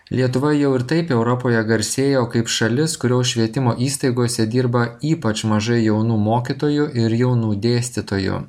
lietuvoje jau ir taip europoje garsėjo kaip šalis kurios švietimo įstaigose dirba ypač mažai jaunų mokytojų ir jaunų dėstytojų